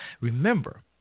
Remember